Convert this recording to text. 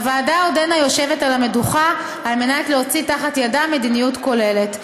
הוועדה עודנה יושבת על המדוכה על מנת להוציא תחת ידה מדיניות כוללת.